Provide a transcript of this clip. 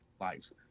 lives